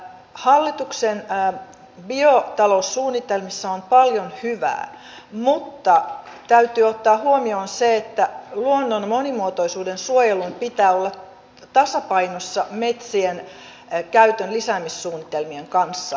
hallituksen biotaloussuunnitelmissa on paljon hyvää mutta täytyy ottaa huomioon se että luonnon monimuotoisuuden suojelun pitää olla tasapainossa metsien käytön lisäämissuunnitelmien kanssa